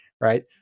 right